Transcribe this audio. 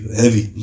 heavy